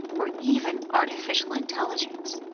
or even artificial intelligence.